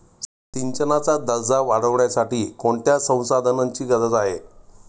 सिंचनाचा दर्जा वाढविण्यासाठी कोणत्या संसाधनांची गरज आहे?